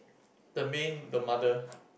the main the mother